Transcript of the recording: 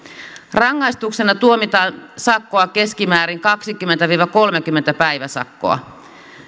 rangaistuksena tuomitaan sakkoa keskimäärin kaksikymmentä viiva kolmekymmentä päiväsakkoa